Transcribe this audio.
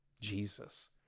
Jesus